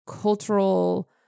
cultural